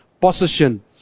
possession